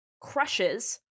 crushes